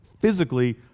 physically